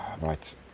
Right